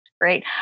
Great